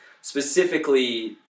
specifically